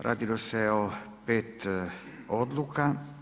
Radilo se o pet odluka.